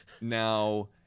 Now